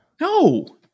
No